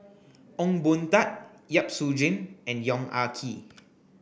Ong Boon Tat Yap Su Yin and Yong Ah Kee